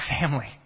family